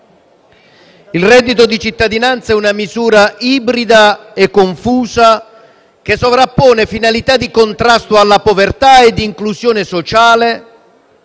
il reddito di cittadinanza è una misura ibrida e confusa che sovrappone finalità di contrasto alla povertà e di inclusione sociale